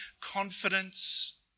confidence